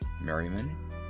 Merriman